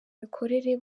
imikorere